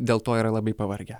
dėl to yra labai pavargę